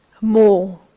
more